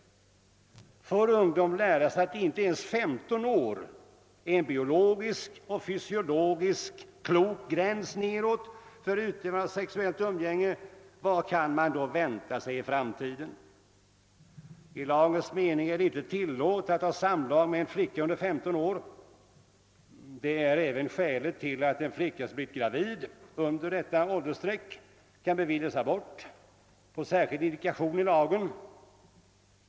Om ungdomen får lära sig att inte ens femton år är en biologiskt och fysiologiskt klok gräns nedåt för utövande av sexuellt umgänge, vad kan man då vänta sig i framtiden? I lagens mening är det inte tillåtet att ha samlag med en flicka under 15 år. Det är även skälet till att en flicka under detta åldersstreck, som blivit gravid, kan beviljas abort på särskild indikation.